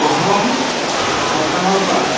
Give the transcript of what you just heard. প্ৰথম সপ্তাহৰ পৰা